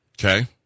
Okay